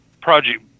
Project